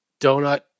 donut